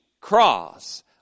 cross